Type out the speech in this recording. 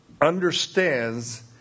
understands